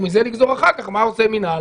ומזה לגזור אחר כך מה עושה מינהל,